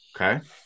Okay